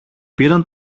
πήραν